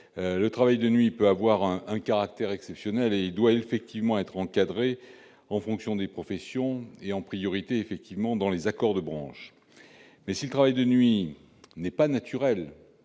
Le travail de nuit peut avoir un caractère exceptionnel. Il doit effectivement être encadré en fonction des professions et en priorité par les accords de branche. Toutefois, si le travail de nuit n'est pas « naturel